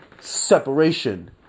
Separation